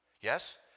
Yes